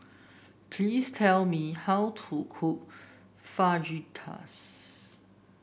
please tell me how to cook Fajitas